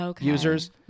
users